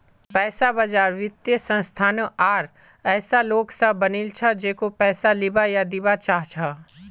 पैसा बाजार वित्तीय संस्थानों आर ऐसा लोग स बनिल छ जेको पैसा लीबा या दीबा चाह छ